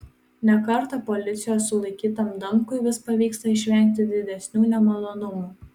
ne kartą policijos sulaikytam damkui vis pavyksta išvengti didesnių nemalonumų